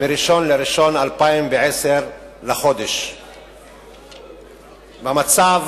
מ-1 בינואר 2010. במצב